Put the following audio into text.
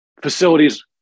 facilities